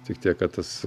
tik tiek kad tas